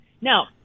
now